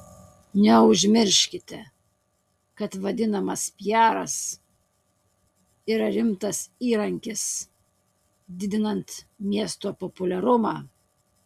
neužmirškite kad vadinamas piaras yra rimtas įrankis didinant miesto populiarumą